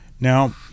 now